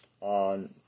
on